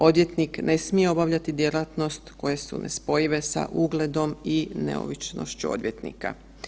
Odvjetnik ne smije obavljati djelatnost koje su nespojive sa ugledom i neovisnošću odvjetnika.